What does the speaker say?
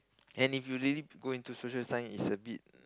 and if you really go into social science is a bit